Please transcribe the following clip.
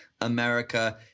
America